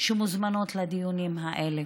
שמוזמנות לדיונים האלה.